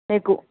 మీకు